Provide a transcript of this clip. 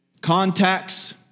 contacts